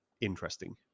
interesting